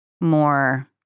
more